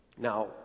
Now